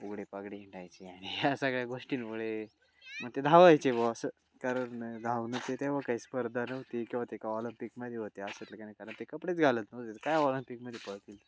उघडी पागडी हिंडायची आणि या सगळ्या गोष्टींमुळे मग ते धावायचे बुवा असं कारण धावांचे तेव्हा काही स्पर्धा नव्हती किंवा ते ऑलंपिकमध्ये होते असं काही नाही कारण ते कपडेच घालत नव्हते काय ऑलंपिकमध्ये पळतील